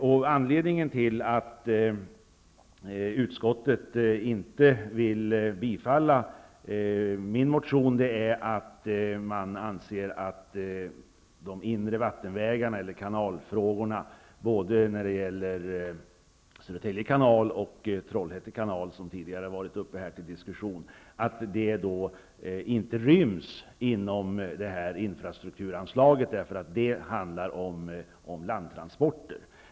Anledningen till att utskottet inte vill tillstyrka min motion är att man anser att anslag till de inre vattenvägarna -- dvs. kanalfrågorna, som gäller Södertälje kanal och Trollhätte kanal, som tidigare varit upp till diskussion här -- inte ryms inom infrastrukturanslaget utan att det anslaget handlar om landtransporter.